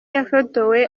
yafotowe